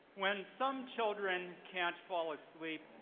when some children can't fall asleep,